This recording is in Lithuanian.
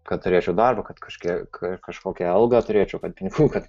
kad turėčiau darbą kad kažkiek kažkokią algą turėčiau kad pinigų kad